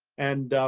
and,